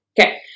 Okay